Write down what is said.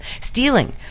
stealing